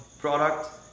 product